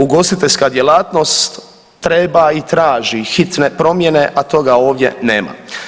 Ugostiteljska djelatnost treba i traži hitne promjene, a toga ovdje nema.